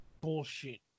bullshit